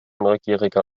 neugierige